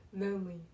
Lonely